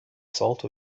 salt